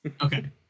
Okay